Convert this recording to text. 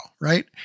right